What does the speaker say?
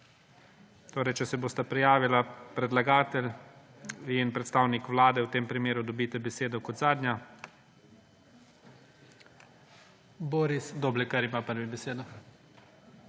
potekajo. Če se bosta prijavila predlagatelj in predstavnik Vlade, v tem primeru dobita besedo kot zadnja. Boris Doblekar ima prvi besedo.